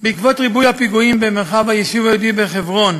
בעקבות ריבוי הפיגועים במרחב היישוב היהודי בחברון